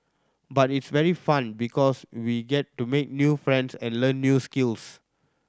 but it's very fun because we get to make new friends and learn new skills